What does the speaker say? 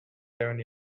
seven